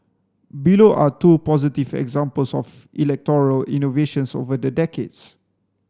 below are two positive examples of electoral innovations over the decades